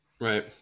right